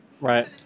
right